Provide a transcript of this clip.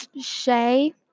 Shay